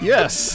Yes